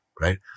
right